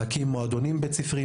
להקים מועדונים בית ספריים,